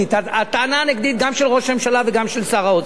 הטענה הנגדית גם של ראש הממשלה וגם של שר האוצר.